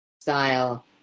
style